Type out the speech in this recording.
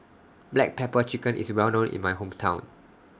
Black Pepper Chicken IS Well known in My Hometown